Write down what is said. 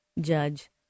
judge